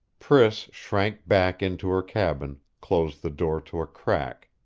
priss shrank back into her cabin, closed the door to a crack,